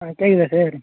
ஆ கேட்குதா சார்